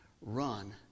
run